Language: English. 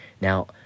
Now